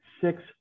six